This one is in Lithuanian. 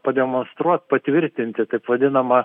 pademonstruot patvirtinti taip vadinamą